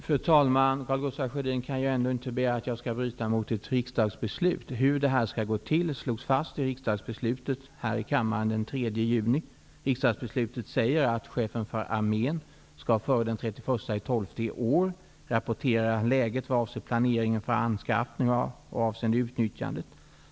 Fru talman! Karl Gustaf Sjödin kan ju ändå inte begära att jag skall bryta mot ett riksdagsbeslut. Hur anskaffningen skall gå till slogs fast i ett beslut här i kammaren den 3 juni. Riksdagsbeslutet säger att chefen för armén skall före den 31 december i år rapportera läget vad avser planeringen för anskaffningen och utnyttjandet.